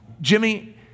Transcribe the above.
Jimmy